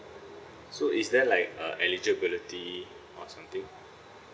so is there like uh eligibility or something